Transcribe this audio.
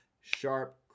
Sharp